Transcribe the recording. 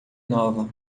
nova